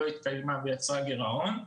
לא התקיימה ויצרה גירעון.